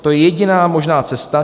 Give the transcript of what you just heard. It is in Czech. To je jediná možná cesta.